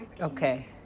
Okay